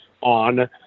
on